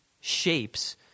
shapes